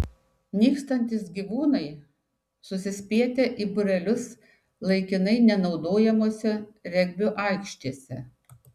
nykstantys gyvūnai susispietę į būrelius laikinai nenaudojamose regbio aikštėse